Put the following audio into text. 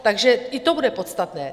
Takže i to bude podstatné.